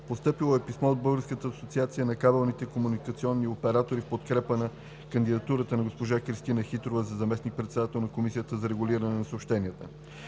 Постъпило е писмо от Българската асоциация на кабелните комуникационни оператори в подкрепа на кандидатурата на госпожа Кристина Хитрова за заместник-председател на Комисията за регулиране на съобщенията.